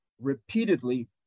repeatedly